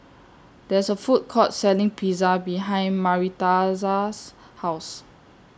There IS A Food Court Selling Pizza behind Maritza's House